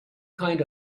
kind